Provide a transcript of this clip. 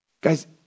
Guys